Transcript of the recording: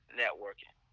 networking